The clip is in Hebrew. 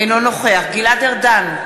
אינו נוכח גלעד ארדן,